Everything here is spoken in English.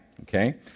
Okay